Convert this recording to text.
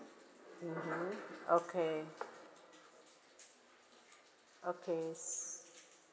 mmhmm okay okay